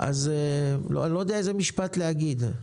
אני לא יודע איזה משפט להגיד.